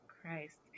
Christ